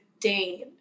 Dane